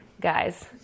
Guys